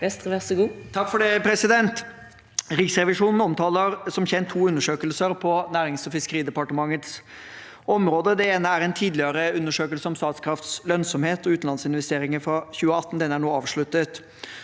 Statsråd Jan Christian Vestre Riksrevi- sjonen omtaler som kjent to undersøkelser på Næringsog fiskeridepartementets område. Den ene er en tidligere undersøkelse om Statkrafts lønnsomhet og utenlandsinvesteringer fra 2018. Den er nå avsluttet.